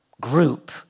group